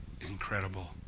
incredible